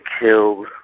killed